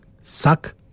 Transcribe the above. Suck